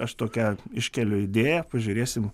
aš tokią iškėliu idėją pažiūrėsim